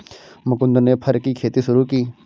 मुकुन्द ने फर की खेती शुरू की